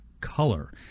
color